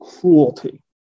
cruelty